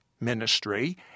ministry